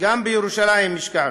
גם בירושלים השקענו,